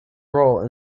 role